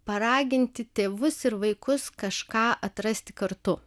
paraginti tėvus ir vaikus kažką atrasti kartu